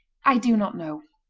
i do not know.